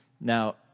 Now